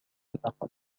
الأقل